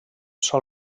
sol